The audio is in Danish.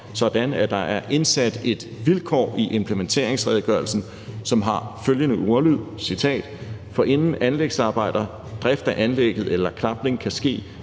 at der er indsat et vilkår i implementeringsredegørelsen, som har følgende ordlyd, og jeg citerer: Forinden anlægsarbejder, drift af anlægget eller klapning kan ske